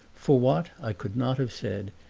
for what i could not have said,